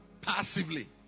passively